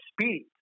speed